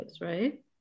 right